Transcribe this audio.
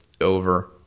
over